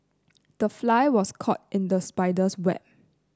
the fly was caught in the spider's web